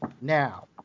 Now